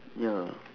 ya